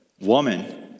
woman